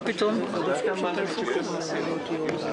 כל אחד וסיבותיו למה הוא נגד.